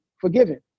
forgiven